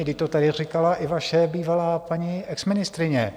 Vždyť to tady říkala i vaše bývalá paní exministryně.